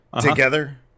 together